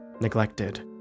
neglected